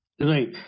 right